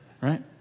Right